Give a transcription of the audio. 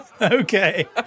Okay